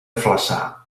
flaçà